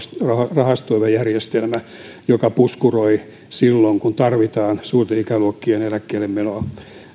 rahastoiva järjestelmä joka puskuroi silloin kun tarvitaan suurten ikäluokkien eläkkeellemenon